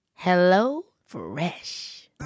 HelloFresh